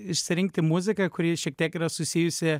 išsirinkti muziką kuri šiek tiek yra susijusi